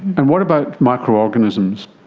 and what about microorganisms?